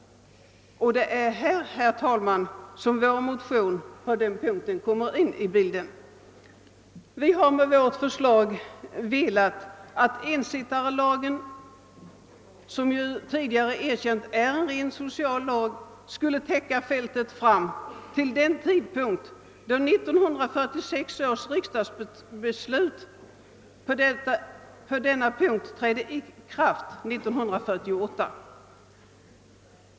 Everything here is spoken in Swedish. Det är här, herr talman, som vår motion kommer in i bilden. Vi har med vårt förslag velat att ensittarlagen, som ju tidigare erkänts vara en rent social lag, skulle täcka fältet fram till den tidpunkt då 1946 års riksdagsbeslut på denna punkt trädde i kraft 1948.